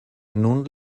nun